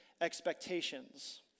expectations